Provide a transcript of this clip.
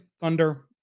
Thunder